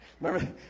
remember